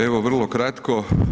Evo, vrlo kratko.